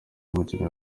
umukinnyi